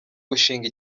gushinga